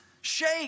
shake